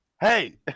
Hey